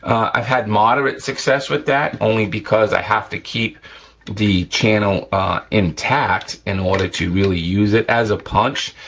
i've had moderate success with that only because i have to keep the channel intact in order to really use it as a punch,